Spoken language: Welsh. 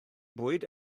bwyd